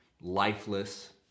lifeless